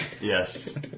yes